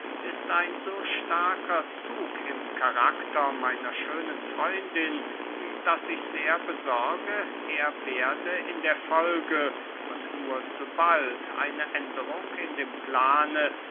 ist ein so starker zug im karakter meiner schönen freundin daß ich sehr besorge er werde in der folge und nur zu bald eine änderung in dem plane